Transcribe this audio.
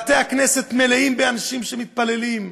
בתי-הכנסת מלאים אנשים שמתפללים,